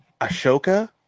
Ashoka